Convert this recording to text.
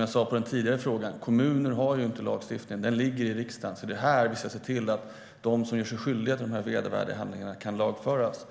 Som jag svarade på den tidigare frågan: Kommuner har inte hand om lagstiftningen. Den ligger i riksdagen, så det är här vi ska se till att de som gör sig skyldiga till de här vedervärdiga handlingarna kan lagföras.